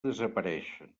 desapareixen